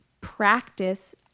practice